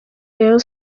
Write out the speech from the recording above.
rayon